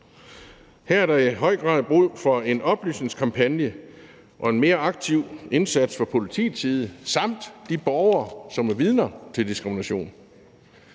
Her er der i høj grad brug for en oplysningskampagne og en mere aktiv indsats fra politiets side samt fra de borgere, som er vidner til diskrimination.